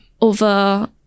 over